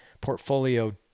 portfolio